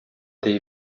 dei